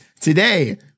today